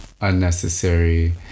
Unnecessary